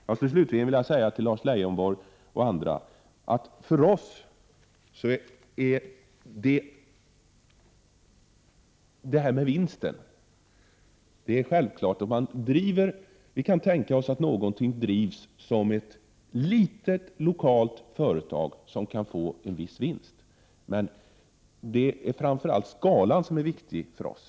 Jag skulle slutligen vilja säga följande till Lars Leijonborg och andra. Vi i miljöpartiet kan tänka oss att en verksamhet drivs inom ett litet, lokalt företag som kan få en viss vinst, men framför allt är det storleken på verksamheten som är viktig för oss.